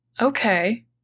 Okay